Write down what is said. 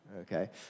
okay